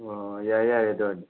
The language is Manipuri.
ꯑꯣ ꯌꯥꯔꯦ ꯌꯥꯔꯦ ꯑꯗꯨ ꯑꯣꯏꯔꯗꯤ